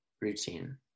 routine